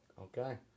Okay